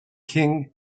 king